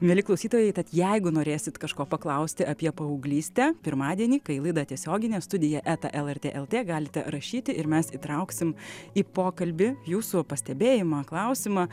mieli klausytojai tad jeigu norėsit kažko paklausti apie paauglystę pirmadienį kai laida tiesioginė studija eta lrt lt galite rašyti ir mes įtrauksim į pokalbį jūsų pastebėjimą klausimą